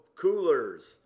coolers